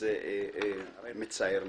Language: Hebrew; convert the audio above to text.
וזה מצער מאוד.